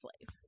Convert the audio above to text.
slave